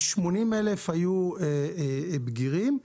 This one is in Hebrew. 80,000 היו בגירים,